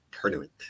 tournament